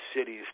cities